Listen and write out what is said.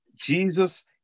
Jesus